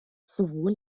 sowohl